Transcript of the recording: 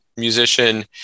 musician